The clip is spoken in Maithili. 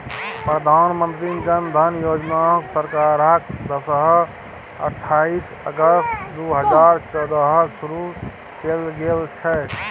प्रधानमंत्री जन धन योजनाकेँ सरकारक दिससँ अट्ठाईस अगस्त दू हजार चौदहकेँ शुरू कैल गेल छल